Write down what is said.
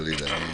חלילה.